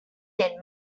then